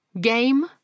Game